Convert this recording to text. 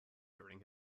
during